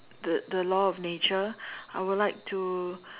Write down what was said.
the the law of nature I would like to